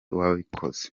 wabikoze